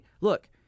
look